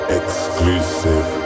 exclusive